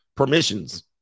permissions